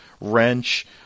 Wrench